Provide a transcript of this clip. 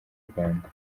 rwanda